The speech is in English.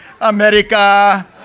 America